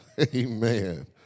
Amen